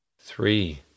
Three